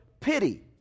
pity